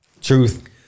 Truth